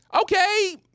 Okay